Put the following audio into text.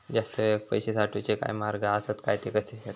जास्त वेळाक पैशे साठवूचे काय मार्ग आसत काय ते कसे हत?